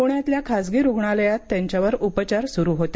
प्ण्यातल्या खासगी रुग्णालयात त्यांच्यावर उपचार स्रू होते